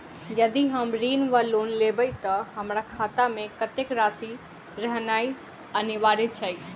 यदि हम ऋण वा लोन लेबै तऽ हमरा खाता मे कत्तेक राशि रहनैय अनिवार्य छैक?